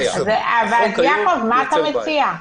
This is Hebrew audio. יעקב, מה אתה מציע?